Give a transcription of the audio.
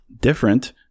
Different